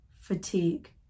fatigue